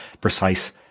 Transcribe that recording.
precise